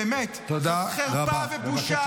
באמת, זה חרפה ובושה.